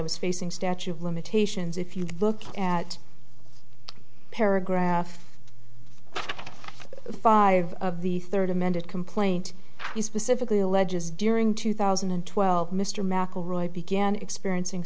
was facing statute of limitations if you look at paragraph five of the third amended complaint specifically alleges during two thousand and twelve mr mcelroy began experiencing